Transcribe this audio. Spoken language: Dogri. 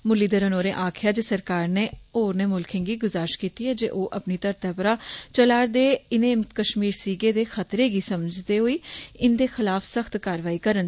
मुरलीघरन होरें आखेआ जे सरकार नै होरनें मुल्खें गी गुजारिश कीती ऐ जे ओह् अपनी धरतै परा चलाए जा'रदे न इनें कश्मीर सीगें दे खतरे गी समझदे होई इंदे खलाफ सख्त कार्रवाई करन